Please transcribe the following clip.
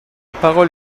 parole